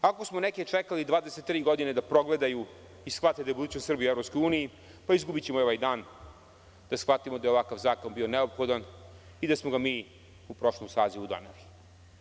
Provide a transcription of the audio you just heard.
Ako smo neke čekali 23 godine da progledaju i shvate da je budućnost Srbije u EU, pa izgubićemo i ovaj dan da shvatimo da je ovakav zakon bio neophodan i da smo ga mi u prošlom sazivu doneli.